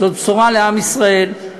זאת בשורה לעם ישראל,